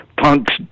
Punk's